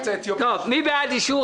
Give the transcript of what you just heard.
מי בעד אישור